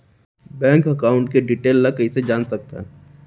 Bank account के detail ल कइसे जान सकथन?